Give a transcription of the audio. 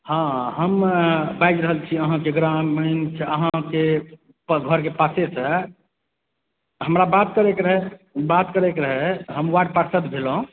हँ हम बाजि रहल छी अहाँके ग्रामीण अहाँके घर के पाछे सँ हमरा बात करै के रहए बात करै के रहए हम वार्ड पार्षद भेलहुॅं